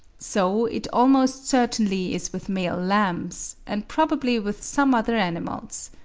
so it almost certainly is with male lambs, and probably with some other animals.